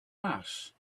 mass